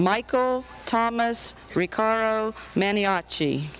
michael thomas ricardo manny archie